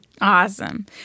Awesome